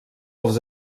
els